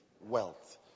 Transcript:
wealth